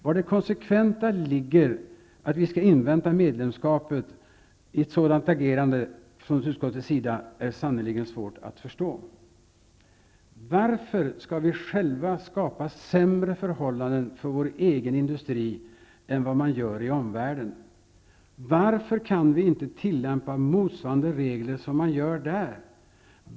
Var det konsekventa i agerandet från utskottets sida ligger i att vi skall invänta medlemskapet är sannerligen svårt att förstå. Varför skall vi själva skapa sämre förhållanden för vår egen industri än vad man gör i omvärlden? Varför kan vi inte tillämpa motsvarande regler, vilket man gör där?